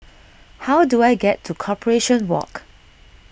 how do I get to Corporation Walk